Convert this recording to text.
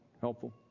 helpful